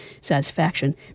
satisfaction